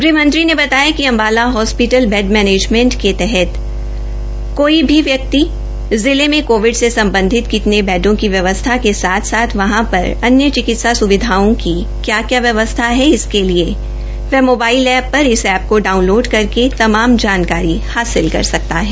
गृहमंत्री ने बताया कि अम्बाला हॉस्पिटल बैड मैनेजमैंट के तहत कोई भी व्यक्ति जिले में कोविड से सम्बन्धित कितने बैडों की व्यवस्था के साथ साथ वहां पर अन्य चिकित्सा सुविधाओं की क्या क्या व्यवस्था है इसके लिए वह मोबाईल पर इस ऐप को डाउनलोड करके तमाम जानकारी ले सकता है